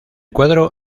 cuadro